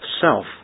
self